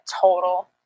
total